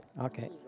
Okay